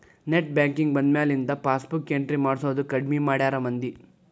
net banking ಬಂದ್ಮ್ಯಾಲಿಂದ passbook entry ಮಾಡ್ಸೋದ್ ಕಡ್ಮಿ ಮಾಡ್ಯಾರ ಮಂದಿ